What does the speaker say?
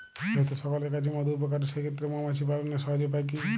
যেহেতু সকলের কাছেই মধু উপকারী সেই ক্ষেত্রে মৌমাছি পালনের সহজ উপায় কি?